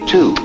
Two